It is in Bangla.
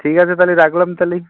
ঠিক আছে তাহলে রাখলাম তাহলে